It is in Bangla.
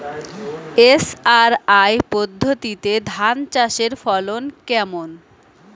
এস.আর.আই পদ্ধতিতে ধান চাষের ফলন কেমন?